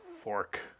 Fork